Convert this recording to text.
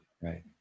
Right